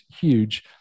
huge